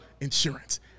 insurance